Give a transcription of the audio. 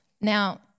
Now